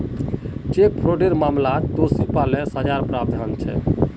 cheque फ्रॉडेर मामलात दोषी पा ल सजार प्रावधान छेक